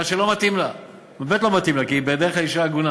לא חייב לכם הסבר.